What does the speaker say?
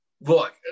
look